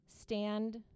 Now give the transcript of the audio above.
Stand